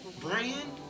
brand